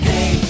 Hey